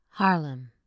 Harlem